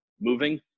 moving